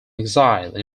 exile